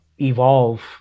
evolve